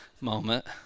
moment